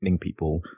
people